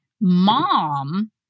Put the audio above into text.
mom